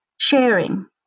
sharing